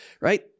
right